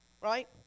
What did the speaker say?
right